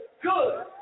Good